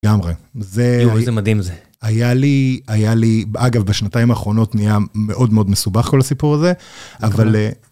לגמרי. יואו איזה מדהים זה. זה היה לי, היה לי, אגב, בשנתיים האחרונות נהיה מאוד מאוד מסובך כל הסיפור הזה, אבל.